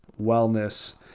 wellness